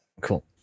Cool